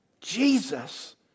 Jesus